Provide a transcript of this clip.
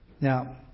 Now